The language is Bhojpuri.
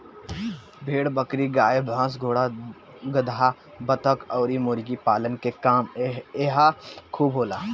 भेड़ बकरी, गाई भइस, घोड़ा गदहा, बतख अउरी मुर्गी पालन के काम इहां खूब होला